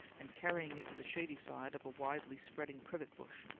and carrying it to the shady side of a widely spreading privet bush,